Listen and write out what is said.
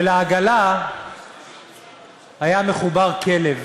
ולעגלה היה מחובר כלב,